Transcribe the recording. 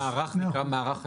המערך נקרא מערך הסייבר,